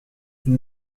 une